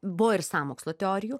buvo ir sąmokslo teorijų